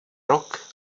rok